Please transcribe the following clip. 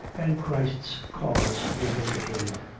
and christ's cause be vindicated.